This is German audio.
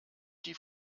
die